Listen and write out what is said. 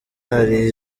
hari